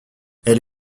elle